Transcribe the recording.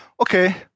Okay